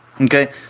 Okay